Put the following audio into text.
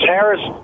Harris